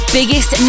biggest